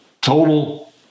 total